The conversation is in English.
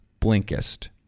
Blinkist